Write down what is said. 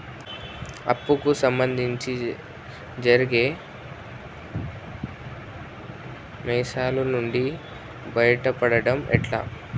అప్పు కు సంబంధించి జరిగే మోసాలు నుండి బయటపడడం ఎట్లా?